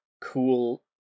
cool